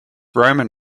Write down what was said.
roman